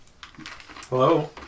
Hello